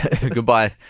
Goodbye